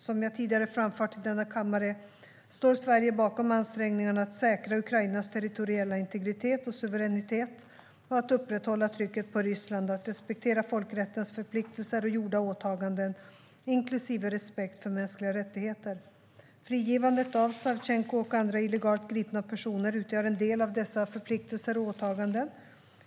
Som jag tidigare framfört i denna kammare står Sverige bakom ansträngningarna att säkra Ukrainas territoriella integritet och suveränitet och att upprätthålla trycket på Ryssland att respektera folkrättens förpliktelser och gjorda åtaganden, inklusive respekt för mänskliga rättigheter. Frigivandet av Savtjenko och andra illegalt gripna personer utgör en del av dessa förpliktelser och åtaganden.